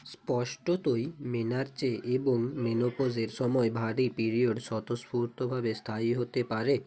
স্পষ্টতই মেনার্চে এবং মেনোপজের সময় ভারী পিরিয়ড স্বতঃস্ফূর্তভাবে স্থায়ী হতে পারে